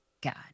God